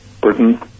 Britain